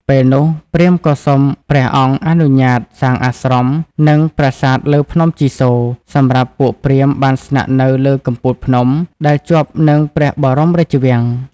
ពេលនោះ ព្រាហ្មណ៍ក៏សុំព្រះអង្គអនុញ្ញាតសាងអាស្រម និងប្រាសាទលើភ្នំជីសូរសម្រាប់ពួកព្រាហ្មណ៍បានស្នាក់នៅលើកំពូលភ្នំ ដែលជាប់នឹងព្រះបរមរាជវាំង។